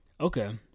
Okay